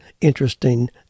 interesting